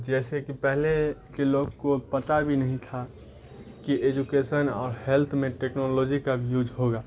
جیسے کہ پہلے کے لوگ کو پتہ بھی نہیں تھا کہ ایجوکیسن اور ہیلتھ میں ٹیکنالوجی کا بھی یوز ہوگا